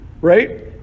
right